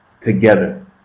together